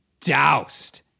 doused